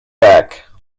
back